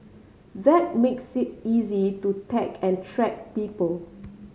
that makes it easy to tag and track people